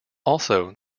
also